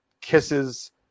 kisses